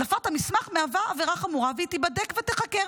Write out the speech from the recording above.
הדלפת המסמך מהווה עבירה חמורה והיא תיבדק ותיחקר".